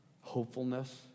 hopefulness